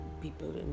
people